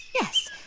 Yes